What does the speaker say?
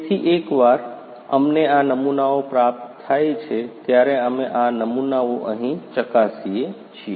તેથી એકવાર અમને આ નમૂનાઓ પ્રાપ્ત થાય છે ત્યારે અમે આ નમૂનાઓ અહીં ચકાસીએ છીએ